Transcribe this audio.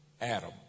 Adam